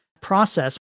process